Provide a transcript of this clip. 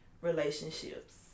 relationships